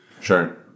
sure